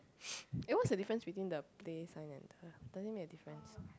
eh what's the difference between the play sign and the does it make a difference